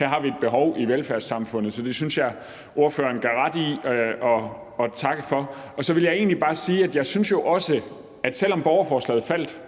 og et behov i velfærdssamfundet. Så det synes jeg at ordføreren kan have ret i at man skal takke for. Og så vil jeg egentlig bare sige, at selv om borgerforslaget faldt